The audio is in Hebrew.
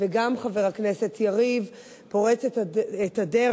וגם חבר הכנסת יריב, פורצת את הדרך.